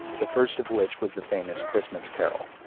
the first of which was the famous christmas carol,